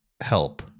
help